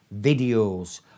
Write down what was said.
videos